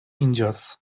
اینجاس